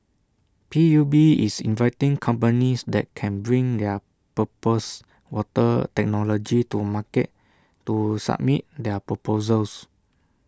P U B is inviting companies that can bring their proposed water technology to market to submit their proposals